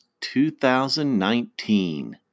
2019